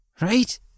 Right